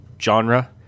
genre